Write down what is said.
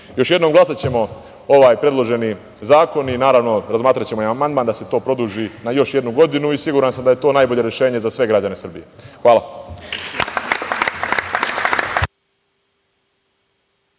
jednom, glasaćemo ovaj predloženi zakon i razmatraćemo i amandman da se to produži na još jednu godinu i siguran sam da je to najbolje rešenje za sve građane Srbije. Hvala.